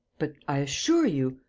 but i assure you.